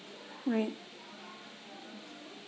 right